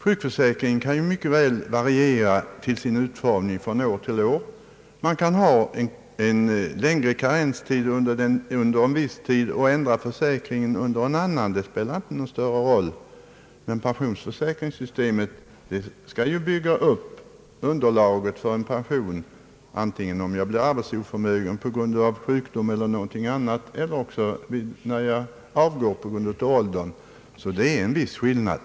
Sjukförsäkringen kan ju mycket väl variera till sitt innehåll från år till år — det kan vara en längre karenstid under en viss tid, och försäkringen kan ändras under ett annat år. Detta spelar inte någon större roll. Men pensionsförsäkringssystemet skall ju bygga på ett pensionsunderlag och träda i tillämpning antingen när man blir arbetsoförmögen på grund av sjukdom eller något annat eller när man avgår av åldersskäl. Det föreligger alltså en viss skillnad.